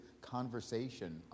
conversation